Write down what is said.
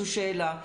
זו שאלה.